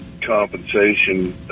compensation